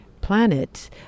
planet